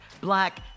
black